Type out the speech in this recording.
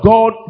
God